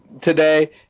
today